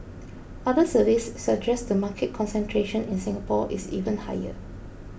other surveys suggest the market concentration in Singapore is even higher